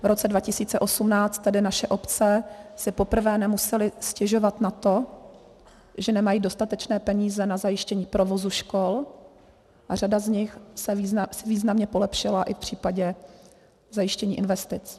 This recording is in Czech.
V roce 2018 tedy naše obce si poprvé nemusely stěžovat na to, že nemají dostatečné peníze na zajištění provozu škol, a řada z nich si významně polepšila i v případě zajištění investic.